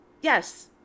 Yes